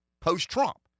post-Trump